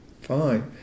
fine